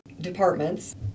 departments